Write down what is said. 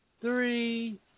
three